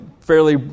fairly